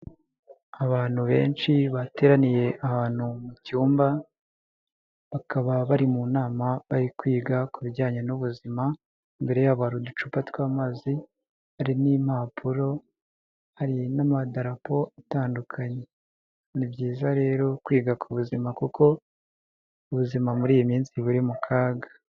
Abantu benshi bateraniye ahantu mu cyumba, bakaba bari mu nama bari kwiga ku bijyanye n'ubuzima, imbere yabo hari uducupa tw'amazi, hari n'impapuro, hari n'amadarapo atandukanye, ni byiza rero kwiga ku buzima kuko ubuzima muri iyi minsi buri mu kaga.